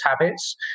habits